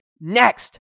next